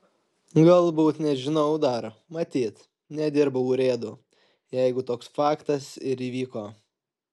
galbūt nežinau dar matyt nedirbau urėdu jeigu toks faktas ir įvyko